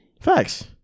Facts